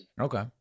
Okay